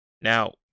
Now